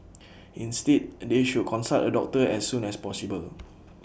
instead they should consult A doctor as soon as possible